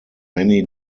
many